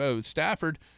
Stafford